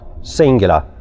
singular